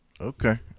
Okay